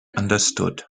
understood